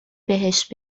بهش